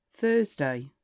Thursday